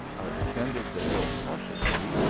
descended the hill cautiously,